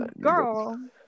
girl